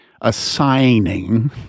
assigning